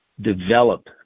develop